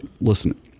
listen